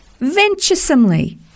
venturesomely